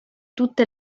tutte